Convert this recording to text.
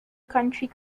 country